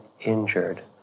injured